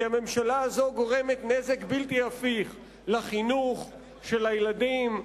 כי הממשלה הזאת גורמת נזק בלתי הפיך לחינוך של הילדים,